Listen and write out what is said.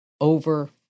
over